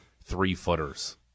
three-footers